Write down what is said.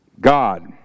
God